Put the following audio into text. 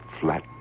flat